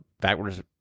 backwards